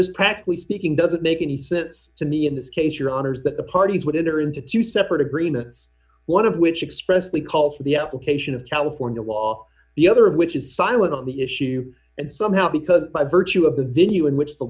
this practically speaking doesn't make any sense to me in this case your honour's that the parties with it are into two separate agreements one of which expressly calls for the education of california law the other of which is silent on the issue and somehow because by virtue of the venue in which the